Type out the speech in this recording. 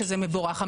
שזה מבורך.